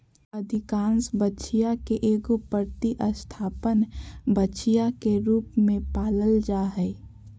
अधिकांश बछिया के एगो प्रतिस्थापन बछिया के रूप में पालल जा हइ